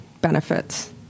benefits